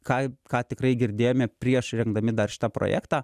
ką ką tikrai girdėjome prieš rengdami dar šitą projektą